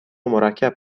مرکب